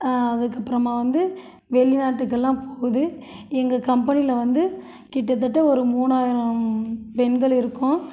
அதுக்கப்பறமாக வந்து வெளிநாட்டுக்கு எல்லாம் போவுது எங்கள் கம்பெனியில வந்து கிட்டத்தட்ட ஒரு மூணாயிரம் பெண்கள் இருக்கோம்